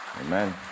amen